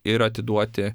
ir atiduoti